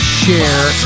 share